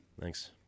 thanks